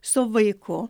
su vaiku